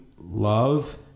love